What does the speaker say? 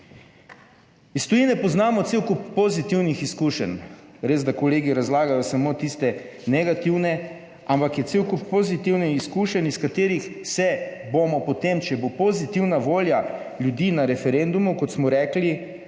Iz tujine poznamo cel kup pozitivnih izkušenj. Res, da kolegi razlagajo samo tiste negativne, ampak je cel kup pozitivnih izkušenj, iz katerih se bomo potem, če bo pozitivna volja ljudi na referendumu, kot smo rekli,